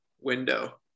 window